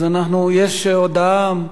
יש הודעה?